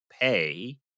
pay